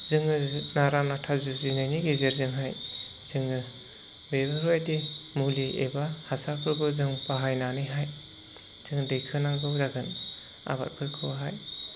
जोङो नारा नाथा जुजिनायनि गेजेरजोंहाय जोङो बेफोरबायदि मुलि एबा हासारफोरखौ जों बाहायनानैहाय जों दैखोनांगौ जागोन आबादफोरखौहाय